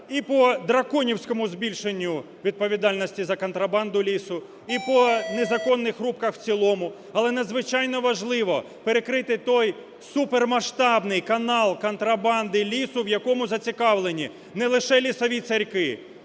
і по драконівському збільшенню відповідальності за контрабанду лісу, і по незаконних рубках в цілому. Але надзвичайно важливо перекрити той супермасштабний канал контрабанди лісу, в якому зацікавлені не лише лісові царьки,